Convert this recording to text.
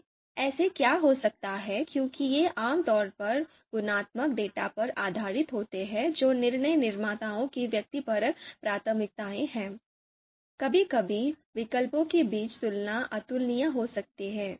अब ऐसा क्या हो सकता है क्योंकि ये आम तौर पर गुणात्मक डेटा पर आधारित होते हैं जो निर्णय निर्माताओं की व्यक्तिपरक प्राथमिकताएं हैं कभी कभी विकल्पों के बीच तुलना अतुलनीय हो सकती है